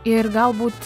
ir galbūt